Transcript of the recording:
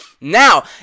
Now